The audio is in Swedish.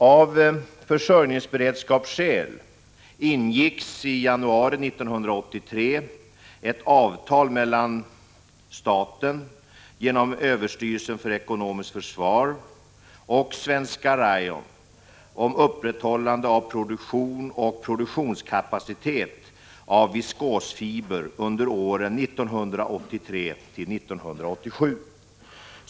Av försörjningsberedskapskäl ingicks i januari 1983 ett avtal mellan staten genom överstyrelsen för ekonomiskt försvar och Svenska Rayon AB om upprätthållande av produktion och produktionskapacitet av viskosfiber under åren 1983 — 1987.